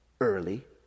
early